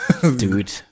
dude